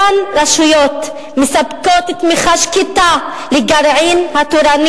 אותן רשויות מספקות תמיכה שקטה לגרעין התורני